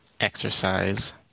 exercise